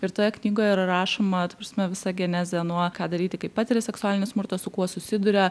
ir toje knygoje yra rašoma ta prasme visa genezė nuo ką daryti kai patiri seksualinį smurtą su kuo susiduria